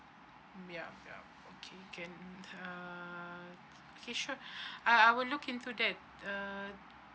yup yup okay can uh okay sure I I would look into that uh